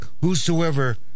whosoever